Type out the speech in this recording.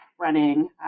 running